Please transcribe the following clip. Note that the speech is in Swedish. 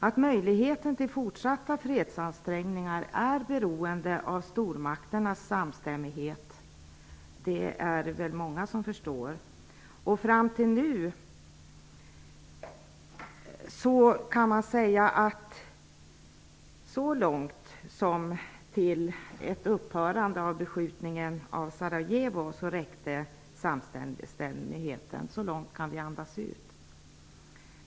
Att möjligheten till fortsatta fredsansträngningar är beroende av stormakternas samstämmighet förstår nog de flesta. Fram till ett upphörande av beskjutningen av Sarajevo räckte samstämmigheten. Så långt kan vi andas ut.